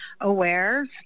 aware